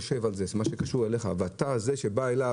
לחקלאות, נושאים שהוזנחו שנים רבות.